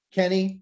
Kenny